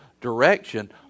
direction